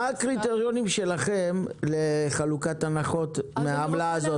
מה הקריטריונים שלכם לחלוקת הנחות מהעמלה הזאת?